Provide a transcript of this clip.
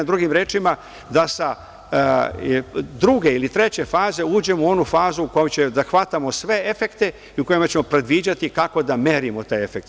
Drugim rečima, da sa druge ili treće faze uđemo u onu fazu u kojoj ćemo da hvatamo sve efekte i u kojima ćemo predviđati kako da merimo te efekte.